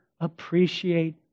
appreciate